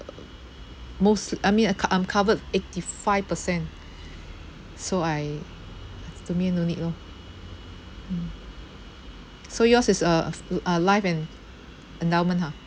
most I mean I co~ I'm covered eighty five percent so I to me no need lor hmm so yours is a f~ uh life and endownment ha